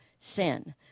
Sin